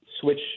switch